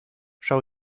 schau